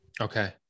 Okay